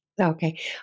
Okay